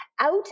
out